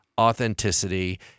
authenticity